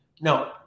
no